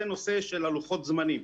זה הנושא של לוחות-הזמנים.